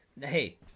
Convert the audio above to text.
Hey